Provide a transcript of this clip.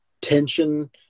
tension